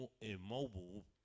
immobile